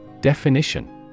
Definition